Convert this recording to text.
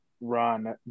run